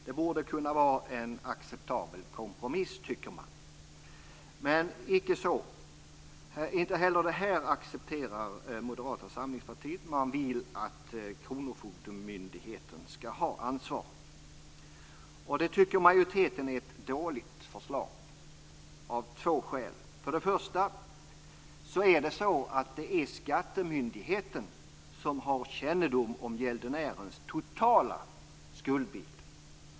Det borde kunna vara en acceptabel kompromiss, tycker man. Men icke så. Inte heller det här accepterar Moderata samlingspartiet. Man vill att kronofogdemyndigheten skall ha ansvaret. Det tycker majoriteten är ett dåligt förslag av två skäl. För det första är det skattemyndigheten som har kännedom om gäldenärens totala skuldbild.